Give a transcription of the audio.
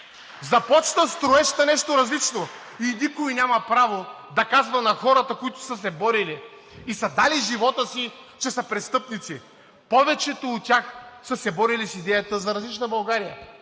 от „БСП за България“.) И никой няма право да казва на хората, които са се борили и са дали живота си, че са престъпници! Повечето от тях са се борили с идеята за различна България